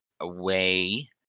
away